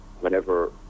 whenever